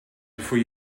before